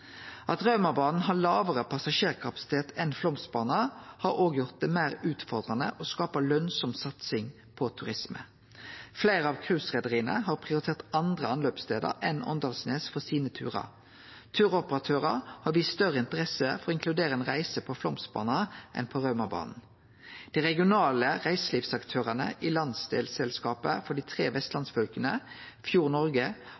At Raumabana har lågare passasjerkapasitet enn Flåmsbana, har òg gjort det meir utfordrande å skape lønsam satsing på turisme. Fleire av cruisereiarlaga har prioritert andre anløpsstader enn Åndalsnes for sine turar. Turoperatørar har vist større interesse for å inkludere ei reise på Flåmsbana enn på Raumabana. Dei regionale reiselivsaktørane i landsdelsselskapet for dei tre